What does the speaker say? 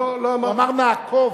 הוא אמר: נעקוב.